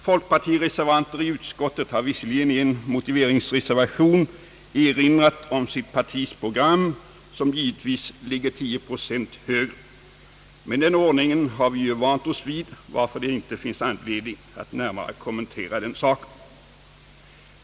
Folkpartireservanter i utskottet har visserligen i en motiveringsreservation erinrat om sitt partis program som givetvis ligger 10 procent högre, men den ordningen har vi ju vant oss vid, varför det inte finns anledning att närmare kommentera den saken.